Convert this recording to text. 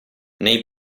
nei